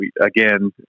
again